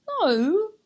no